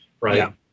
right